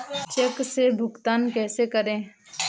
Check से भुगतान कैसे करें?